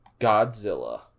Godzilla